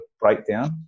breakdown